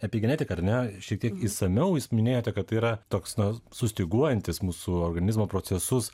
apie genetiką ar ne šiek tiek išsamiau jūs minėjote kad tai yra toks na sustyguojantis mūsų organizmo procesus